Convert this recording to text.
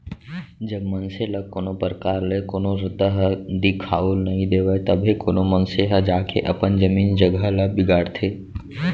जब मनसे ल कोनो परकार ले कोनो रद्दा ह दिखाउल नइ देवय तभे कोनो मनसे ह जाके अपन जमीन जघा ल बिगाड़थे